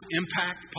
impact